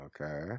Okay